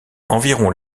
environ